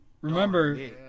Remember